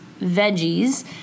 veggies